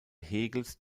hegels